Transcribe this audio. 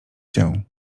się